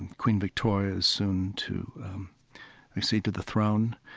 queen victoria is soon to accede to the throne.